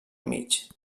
mig